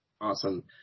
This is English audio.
Awesome